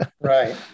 Right